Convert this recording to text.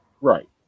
Right